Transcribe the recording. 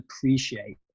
appreciate